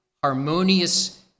harmonious